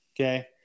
Okay